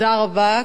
תודה רבה.